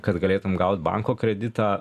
kad galėtum gaut banko kreditą